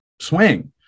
swing